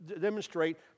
demonstrate